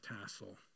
tassel